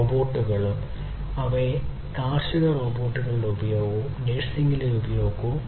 റോബോട്ടുകളും അവയുടെ കാർഷിക റോബോട്ടുകളുടെ ഉപയോഗവും നഴ്സിംഗിലെ ഉപയോഗവും